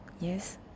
yes